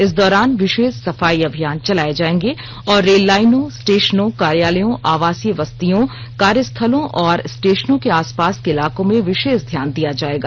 इस दौरान विशेष सफाई अभियान चलायें जाएंगे और रेललाइनों स्टेशनों कार्यालयों आवासीय बस्तियों कार्यस्थलों और स्टेशनों के आसपास के इलाकों में विशेष ध्यान दिया जाएगा